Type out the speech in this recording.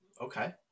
Okay